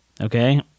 Okay